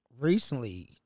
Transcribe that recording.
recently